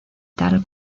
tal